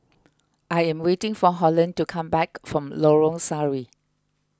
I am waiting for Holland to come back from Lorong Sari